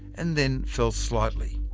and then fell slightly.